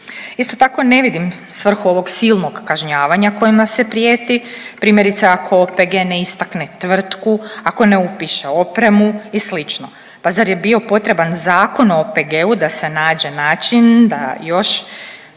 Isto tako ne vidim svrhu ovog silnog kažnjavanja kojim nam se prijeti, primjerice ako OPG ne istakne tvrtku, ako ne upiše opremu i sl. Pa zar je bio potreban Zakon o OPG-u da se nađe način da još